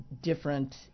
different